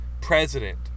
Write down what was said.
president